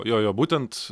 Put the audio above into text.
jo jo būtent